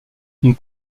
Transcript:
une